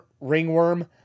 ringworm